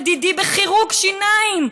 לדידי בחירוק שיניים,